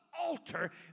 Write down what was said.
alter